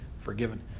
forgiven